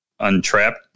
untrapped